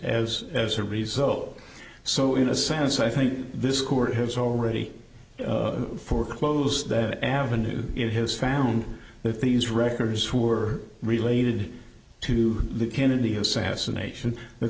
as as a result so in a sense i think this court has already for close that avenue it has found that these records who were related to the kennedy assassination the